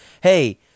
Hey